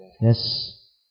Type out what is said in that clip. Yes